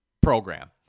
program